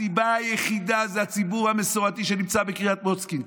הסיבה היחידה זה הציבור המסורתי שנמצא בקריית מוצקין,